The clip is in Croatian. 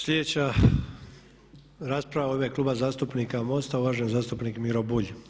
Sljedeća rasprava je u ime Kluba zastupnika MOST-a, uvaženi zastupnik Miro Bulj.